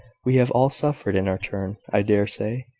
we have all suffered in our turn, i dare say,